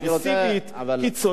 קיצונית,